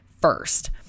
first